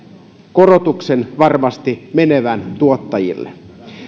korotuksen varmasti menevän tuottajille